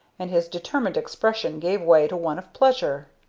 and his determined expression gave way to one of pleasure.